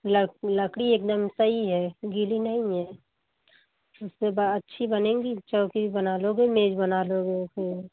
ल लकड़ी एकदम सही है गीली नही है उसके बाद अच्छी बनेंगी चौकी बना लोगे मेज बना लोगे उसे